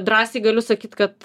drąsiai galiu sakyt kad